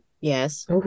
Yes